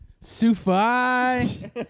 Sufi